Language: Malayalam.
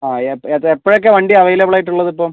അ എപ്പോഴൊക്കെ വണ്ടി അവൈലബിൾ ആയിട്ടുള്ളത് ഇപ്പോൾ